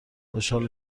خوشحال